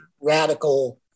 radical